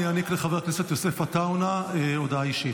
אני אעניק לחבר הכנסת יוסף עטאונה הודעה אישית.